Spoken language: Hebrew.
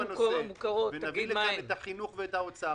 אם נקיים דיון בנושא ונביא לכאן את נציגי משרדי החינוך והאוצר,